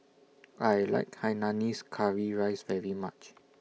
I like Hainanese Curry Rice very much